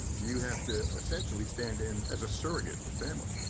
you have to essentially stand in as a surrogate for family.